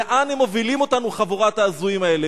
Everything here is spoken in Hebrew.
לאן הם מובילים אותנו, חבורת ההזויים האלה?